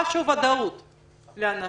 שתהיה איזו ודאות לאנשים.